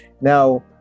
Now